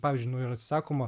pavyzdžiui nu yra atsakoma